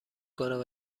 کنم